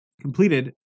completed